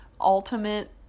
ultimate